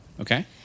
Okay